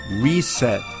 Reset